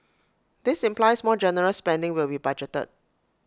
this implies more generous spending will be budgeted